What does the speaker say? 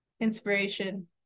inspiration